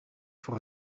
voor